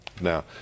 Now